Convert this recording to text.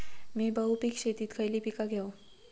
मी बहुपिक शेतीत खयली पीका घेव?